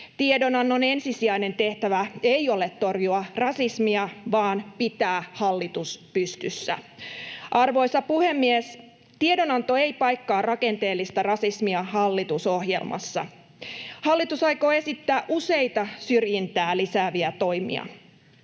Tiedonannon ensisijainen tehtävä ei ole torjua rasismia vaan pitää hallitus pystyssä. Arvoisa puhemies! Tiedonanto ei paikkaa rakenteellista rasismia hallitusohjelmassa. Hallitus aikoo esittää useita syrjintää lisääviä toimia.